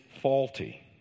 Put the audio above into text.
faulty